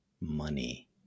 money